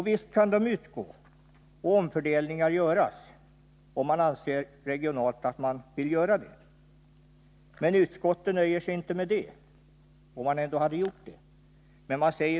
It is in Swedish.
Visst kan bidrag utgå och omfördelningar göras om man regionalt vill göra så, men utskottet nöjer sig inte med detta — om man ändå hade gjort det!